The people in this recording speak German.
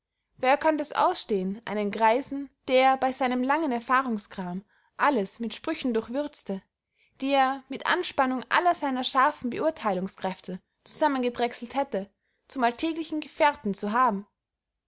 wer könnt es ausstehen einen greisen der bey seinem langen erfahrungskram alles mit sprüchen durchwürzte die er mit anspannung aller seiner scharfen beurtheilungskräfte zusammengedrechselt hätte zum alltäglichen gefehrten zu haben